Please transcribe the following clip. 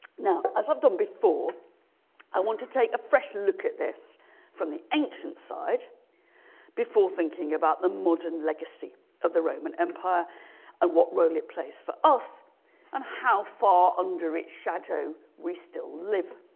now as i've done before i want to take a fresh look at this from the ancient side before thinking about the modern legacy of the roman empire and what role it plays for us and how far under its shadow we still live